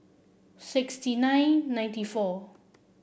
sixty nine ninety four